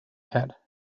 hat